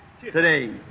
today